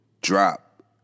drop